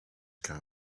cab